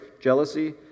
jealousy